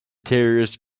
terrorist